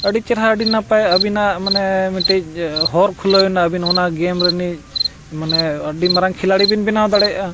ᱟᱹᱰᱤ ᱪᱮᱦᱨᱟ ᱟᱹᱰᱤ ᱱᱟᱯᱟᱭ ᱟᱹᱵᱤᱱᱟᱜ ᱢᱟᱱᱮ ᱢᱤᱫᱴᱤᱡ ᱦᱚᱨ ᱠᱷᱩᱞᱟᱹᱣ ᱮᱱᱟ ᱟᱹᱵᱤᱱ ᱚᱱᱟ ᱜᱮᱢ ᱨᱤᱱᱤᱡ ᱢᱟᱱᱮ ᱟᱹᱰᱤ ᱢᱟᱨᱟᱝ ᱠᱷᱤᱞᱟᱲᱤ ᱵᱤᱱ ᱵᱮᱱᱟᱣ ᱫᱟᱲᱮᱭᱟᱜᱼᱟ